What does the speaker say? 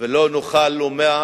ולא נוכל לומר,